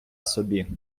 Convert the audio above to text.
собі